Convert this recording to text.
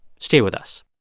stay with us